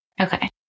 Okay